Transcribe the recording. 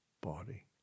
body